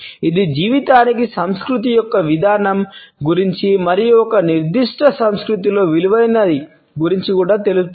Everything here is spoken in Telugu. ఇది జీవితానికి సంస్కృతి యొక్క విధానం గురించి మరియు ఒక నిర్దిష్ట సంస్కృతిలో విలువైనది గురించి కూడా చెబుతుంది